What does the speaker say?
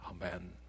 Amen